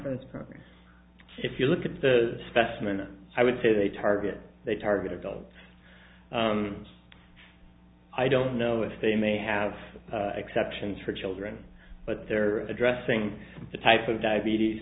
for this program if you look at the specimen i would say they target they target adult i don't know if they may have exceptions for children but they're addressing the type of diabetes